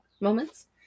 moments